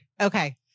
Okay